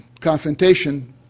confrontation